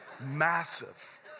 massive